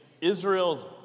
Israel's